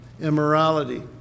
immorality